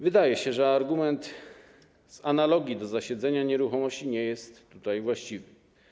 Wydaje się, że argument z analogii do zasiedzenia nieruchomości nie jest tutaj właściwy.